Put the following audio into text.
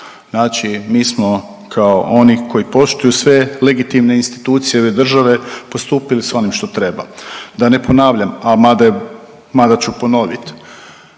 Znači, mi smo kao oni koji poštuju sve legitimne institucije ove države postupili sa onim što treba. Da ne ponavljam, a mada ću ponoviti